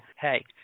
hey